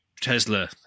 Tesla